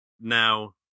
now